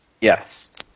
Yes